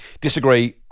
disagree